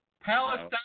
Palestine